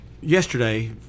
yesterday –